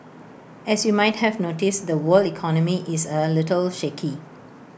as you might have noticed the world economy is A little shaky